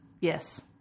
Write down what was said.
Yes